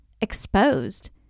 Exposed